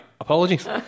Apologies